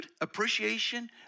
appreciation